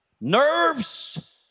nerves